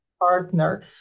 partner